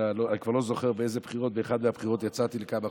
אני כבר לא זוכר באיזה בחירות אבל באחת הבחירות יצאתי לכמה חודשים.